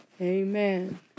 amen